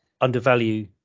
undervalue